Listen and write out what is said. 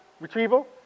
retrieval